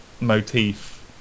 motif